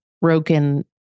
broken